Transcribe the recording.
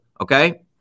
okay